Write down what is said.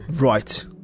Right